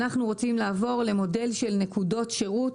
אנחנו רוצים לעבור למודל של נקודות שירות.